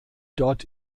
dort